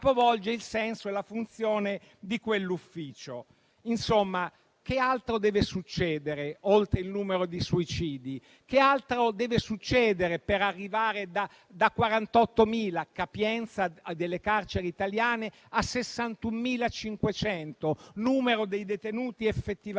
il senso e la funzione di quell'ufficio. Insomma, che altro deve succedere oltre il numero di suicidi? Che altro deve succedere per arrivare da 48.000 - capienza delle carceri italiane - a 61.500, numero dei detenuti effettivamente